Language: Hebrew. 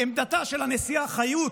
עמדתה של הנשיאה חיות,